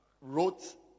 wrote